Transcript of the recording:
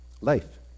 life